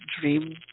dream